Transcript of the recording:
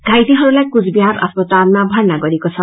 घाइतेहरूलाई कुचबिहार अस्पतालमा भर्ना गरिएको छ